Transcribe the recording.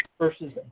versus